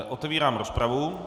Otevírám rozpravu.